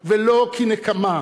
ולא כנקמה,